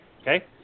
Okay